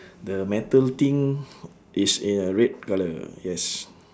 the metal thing is in a red colour yes